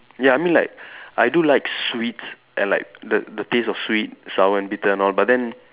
ya I mean like I do like sweets and like the the taste of sweet sour and bitter and all but then